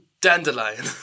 Dandelion